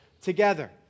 together